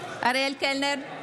אריאל קלנר,